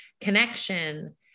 connection